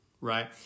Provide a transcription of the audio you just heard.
right